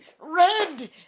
Red